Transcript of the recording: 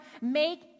Make